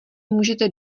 můžete